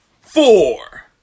four